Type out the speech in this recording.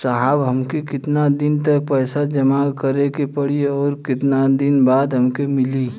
साहब हमके कितना दिन तक पैसा जमा करे के पड़ी और कितना दिन बाद हमके मिली?